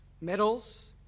medals